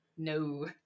No